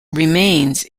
remains